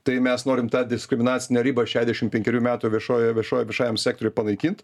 tai mes norim tą diskriminacinę ribą šešdešim penkerių metų viešojoj viešoj viešajam sektoriui panaikint